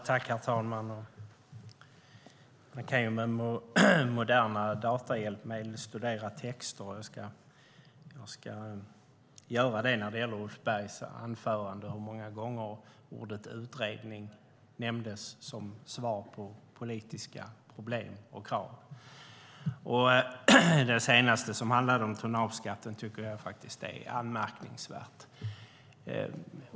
Herr talman! Man kan med moderna datorhjälpmedel studera texter. Jag ska göra det när det gäller Ulf Bergs anförande och hur många gånger ordet utredning nämndes som svar på politiska problem och krav. Det senaste som handlade om tonnageskatten tycker jag faktiskt är anmärkningsvärt.